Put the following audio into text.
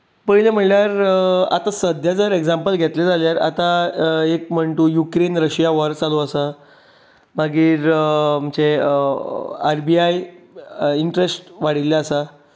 पयलें म्हणल्यार आतां सद्याक जर एग्जाम्पल घेतलें जाल्यार एक म्हण तूं यूक्रेन रशिया वॉर चालू आसा मागीर आमचें आर बी आय इंट्रेस्ट वाडिल्लें आसा